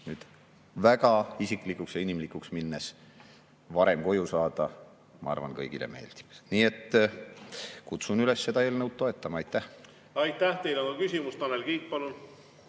nüüd väga isiklikuks ja inimlikuks minnes, varem koju saada, ma arvan, kõigile meeldib. Nii et kutsun üles seda eelnõu toetama. Aitäh! Aitäh, hea juhataja! Austatud